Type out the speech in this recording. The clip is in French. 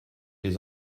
les